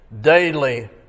daily